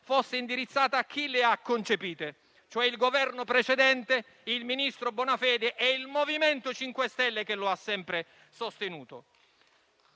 fosse indirizzata a chi le ha concepite, cioè il Governo precedente, il ministro Bonafede e il MoVimento 5 Stelle che lo ha sempre sostenuto.